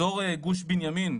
אזור גוש בנימין,